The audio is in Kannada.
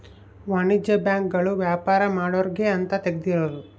ವಾಣಿಜ್ಯ ಬ್ಯಾಂಕ್ ಗಳು ವ್ಯಾಪಾರ ಮಾಡೊರ್ಗೆ ಅಂತ ತೆಗ್ದಿರೋದು